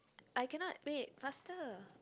I cannot wait faster